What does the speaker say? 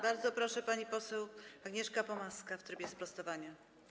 Bardzo proszę, pani poseł Agnieszka Pomaska w trybie sprostowania.